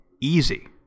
easy